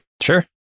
Sure